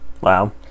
wow